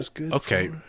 okay